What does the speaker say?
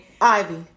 ivy